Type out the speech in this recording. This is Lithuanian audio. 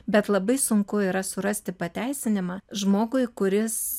bet labai sunku yra surasti pateisinimą žmogui kuris